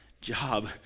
job